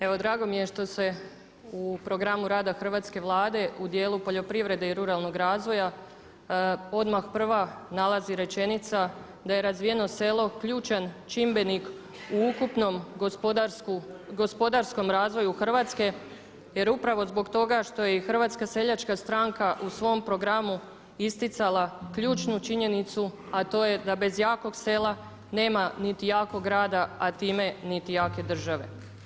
Evo drago mi je što se u programu rada hrvatske Vlade u dijelu poljoprivrede i ruralnog razvoja odmah prva nalazi rečenica da je razvijeno selo ključan čimbenik u ukupnom gospodarskom razvoju Hrvatske, jer upravo zbog toga što je i Hrvatska seljačka stranka u svom programu isticala ključnu činjenicu, a to je da bez jakog sela nema niti jakog grada a time niti jake države.